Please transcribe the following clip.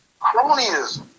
cronyism